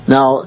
Now